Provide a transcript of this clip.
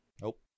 nope